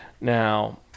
Now